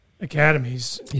academies